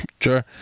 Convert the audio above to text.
Sure